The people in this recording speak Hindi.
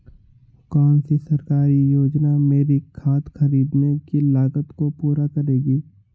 कौन सी सरकारी योजना मेरी खाद खरीदने की लागत को पूरा करेगी?